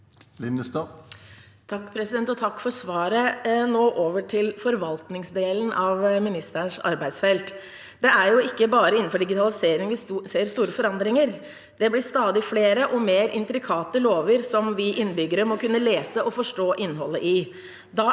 Linnestad (H) Takk for svaret. Nå vil jeg gå over til forvaltningsdelen av ministerens arbeidsfelt. Det er jo ikke bare innenfor digitalisering vi ser store forandringer. Det blir stadig flere og mer intrikate lover som vi innbyggere må kunne lese og forstå innholdet i.